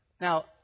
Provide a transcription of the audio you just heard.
Now